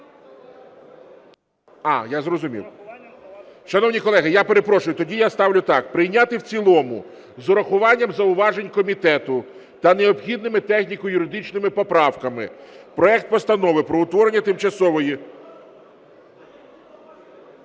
А! Я зрозумів. Шановні колеги, я перепрошую. Тоді я ставлю так: прийняти в цілому з урахуванням зауважень комітету та необхідними техніко-юридичними поправками проект Постанови про утворення Тимчасової…